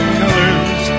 colors